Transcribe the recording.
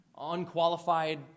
unqualified